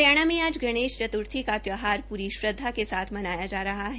हरियाणा में आज गणेश चतुर्थी का त्यौहार पूरी श्रद्धा के साथ मनाया जा रहा है